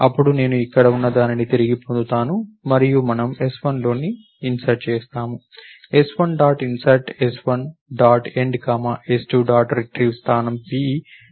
అప్పుడు నేను అక్కడ ఉన్న దానిని తిరిగి పొందుతాను మరియు మనము s1 లోకి ఇన్సర్ట్ చేస్తాము s1 dot insert s1 dot end comma s2 dot retrieve స్థానం p